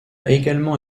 également